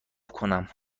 کنم